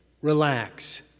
relax